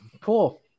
cool